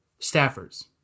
staffers